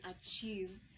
achieve